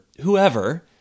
whoever